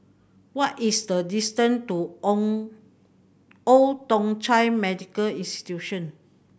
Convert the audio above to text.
what is the distant to Old Thong Chai Medical Institution